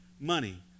money